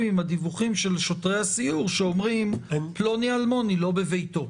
עם הדיווחים של שוטרי הסיור שאומרים פלוני אלמוני לא בביתו.